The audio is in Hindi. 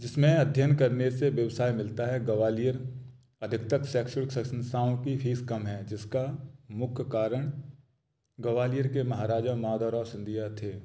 जिसमें अध्ययन करने से व्यवसाय मिलता है गवालियर अधिकतक शैक्षणिक संस्थाओं की फीस कम है जिसका मुख्य कारण गवालियर के महाराजा माधवराव सिंधिया थे